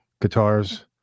guitars